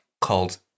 called